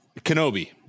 Kenobi